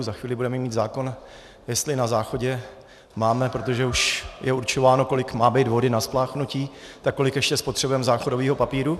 Za chvíli budeme mít zákon, jestli na záchodě máme, protože už je určováno, kolik má být vody na spláchnutí, tak kolik ještě spotřebujeme záchodového papíru.